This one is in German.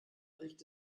riecht